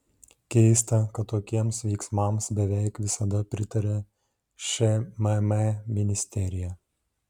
keista kad tokiems veiksmams beveik visada pritaria šmm ministerija